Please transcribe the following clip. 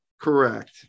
Correct